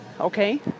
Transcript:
okay